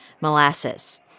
molasses